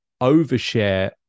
overshare